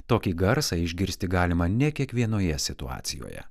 tokį garsą išgirsti galima ne kiekvienoje situacijoje